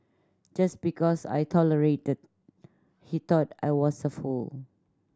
just because I tolerated he thought I was a fool